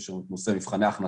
יש לנו את נושא מבחני הכנסה,